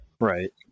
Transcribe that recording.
right